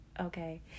okay